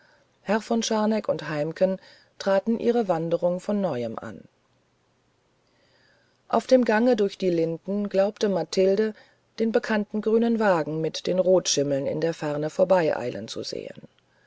herr von scharneck und heimken traten ihre wanderung von neuem an auf dem gange durch die linden glaubte mathilde den bekannten grünen wagen mit den rotschimmeln in der ferne vorübereilen zu sehen